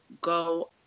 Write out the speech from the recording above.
go